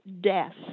death